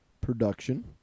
production